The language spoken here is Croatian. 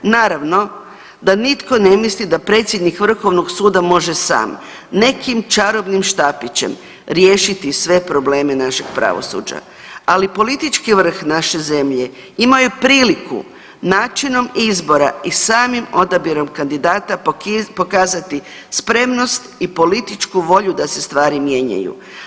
Naravno da nitko ne misli da predsjednik Vrhovnog suda može sam nekim čarobnim štapićem riješiti sve probleme našeg pravosuđa, ali politički vrh naše zemlje imaju priliku načinom izbora i samim odabirom kandidata pokazati spremnost i političku volju da se stvari mijenjaju.